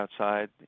outside